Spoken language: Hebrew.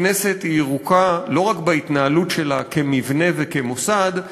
הכנסת היא ירוקה לא רק בהתנהלות שלה כמבנה וכמוסד,